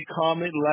comment